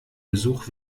besuch